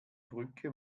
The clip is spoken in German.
brücke